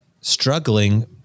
struggling